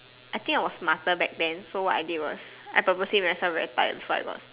I think I was smarter back then so what I did was I purposely make myself tired before I got